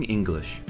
English